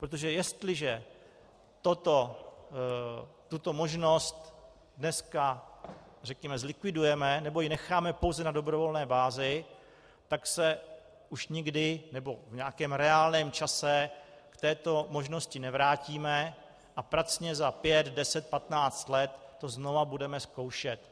Protože jestliže tuto možnost dneska, řekněme, zlikvidujeme nebo ji necháme pouze na dobrovolné bázi, tak se už nikdy nebo v nějakém reálném čase k této možnosti nevrátíme a pracně za pět, deset, patnáct let to znovu budeme zkoušet.